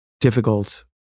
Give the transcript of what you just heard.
difficult